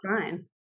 fine